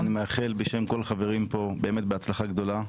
אני מאחל בשם כל החברים פה בהצלחה גדולה.